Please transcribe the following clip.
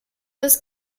was